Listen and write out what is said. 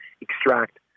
extract